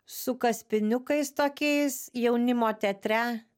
su kaspiniukais tokiais jaunimo teatre